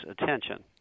attention